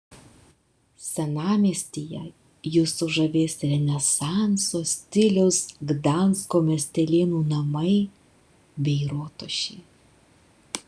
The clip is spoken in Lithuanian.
senamiestyje jus sužavės renesanso stiliaus gdansko miestelėnų namai bei rotušė